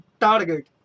target